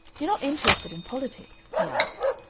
you're not interested in politics? he asked,